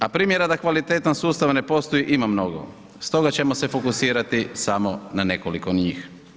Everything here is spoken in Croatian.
A primjera da kvalitetan sustav ne postoji ima mnogo, stoga ćemo se fokusirati samo nekoliko njih.